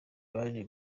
baje